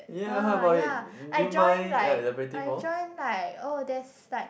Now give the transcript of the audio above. uh ya I joined like I joined like oh there is like